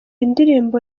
indirimbo